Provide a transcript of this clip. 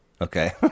Okay